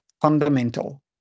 fundamental